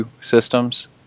systems